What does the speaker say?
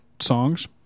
songs